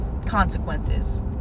consequences